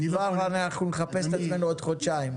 אז נחפש את עצמנו בעוד חודשיים.